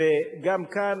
וגם כאן,